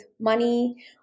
money